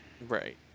Right